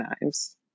knives